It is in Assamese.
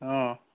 অঁ